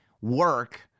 work